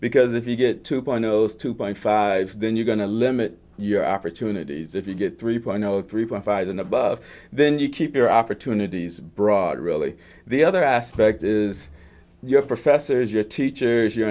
because if you get two panos two point five then you're going to limit your opportunities if you get three point three four five and above then you keep your opportunities broad really the other aspect is your professors your teachers your